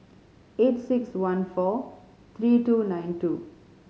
eight six one four three two nine two